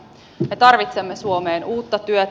me tarvitsemme suomeen uutta työtä